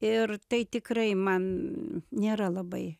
ir tai tikrai man nėra labai